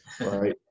right